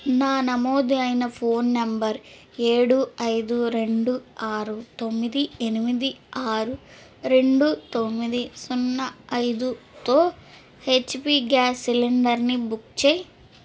నా నమోదైన phone number ఏడు ఐదు రెండు ఆరు తొమ్మిది ఏనిమిది ఆరు రెండు తొమ్మిది సున్న ఐదుతో హెచ్పి గ్యాస్ సిలిండర్ని బుక్ చెయి